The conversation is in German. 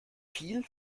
viel